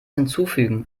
hinzufügen